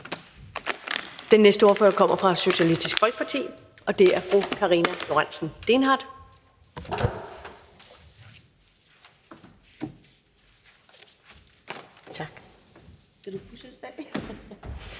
Den næste ordfører kommer fra Socialistisk Folkeparti, og det er fru Karina Lorentzen Dehnhardt.